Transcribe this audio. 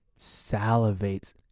salivates